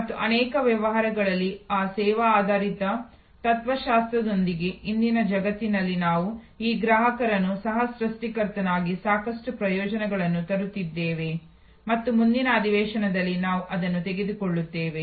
ಮತ್ತು ಅನೇಕ ವ್ಯವಹಾರಗಳಲ್ಲಿ ಆ ಸೇವಾ ಆಧಾರಿತ ತತ್ತ್ವಶಾಸ್ತ್ರದೊಂದಿಗೆ ಇಂದಿನ ಜಗತ್ತಿನಲ್ಲಿ ನಾವು ಈ ಗ್ರಾಹಕರನ್ನು ಸಹ ಸೃಷ್ಟಿಕರ್ತನಾಗಿ ಸಾಕಷ್ಟು ಪ್ರಯೋಜನಗಳನ್ನು ತರುತ್ತಿದ್ದೇವೆ ಮತ್ತು ಮುಂದಿನ ಅಧಿವೇಶನದಲ್ಲಿ ನಾವು ಅದನ್ನು ತೆಗೆದುಕೊಳ್ಳುತ್ತೇವೆ